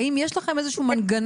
האם יש לכם איזה שהוא מנגנון?